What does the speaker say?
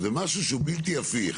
אז זה משהו שהוא בלתי הפיך,